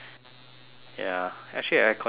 ya actually the aircon is pretty cold